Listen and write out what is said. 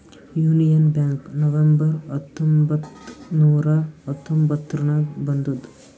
union bank November ಹತ್ತೊಂಬತ್ತ್ ನೂರಾ ಹತೊಂಬತ್ತುರ್ನಾಗ್ ಬಂದುದ್